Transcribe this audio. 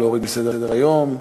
להוריד מסדר-היום?